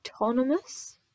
autonomous